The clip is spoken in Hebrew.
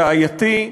בעייתי,